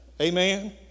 amen